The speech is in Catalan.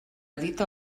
dita